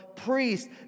priest